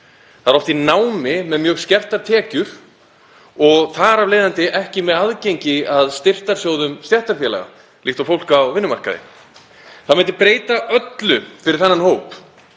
það er oft í námi með mjög skertar tekjur og þar af leiðandi ekki með aðgengi að styrktarsjóðum stéttarfélaga líkt og fólk á vinnumarkaði. Það myndi breyta öllu fyrir þennan hóp